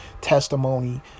testimony